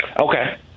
Okay